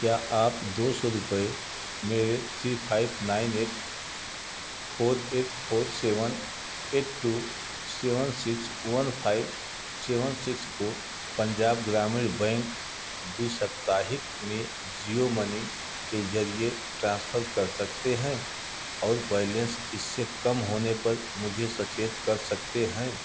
क्या आप दो सौ रुपये मेरे C five nine eight four eight four seven eight two seven six one five seven six को पंजाब ग्रामीण बैंक द्विसप्ताहिक में जीयो मनी के ज़रिए ट्रांसफ़र कर सकते है और बैलैंस इससे कम होने पर मुझे सचेत कर सकते है